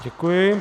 Děkuji.